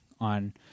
on